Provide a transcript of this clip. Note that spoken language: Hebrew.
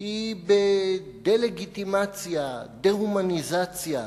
היא בדה-לגיטימציה, דה-הומניזציה,